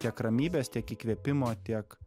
tiek ramybės tiek įkvėpimo tiek